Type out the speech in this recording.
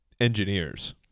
engineers